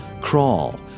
crawl